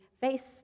face